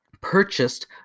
purchased